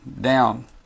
down